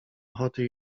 ochoty